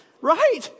Right